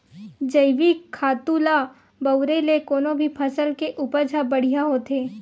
जइविक खातू ल बउरे ले कोनो भी फसल के उपज ह बड़िहा होथे